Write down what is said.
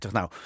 Nou